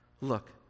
Look